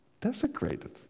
desecrated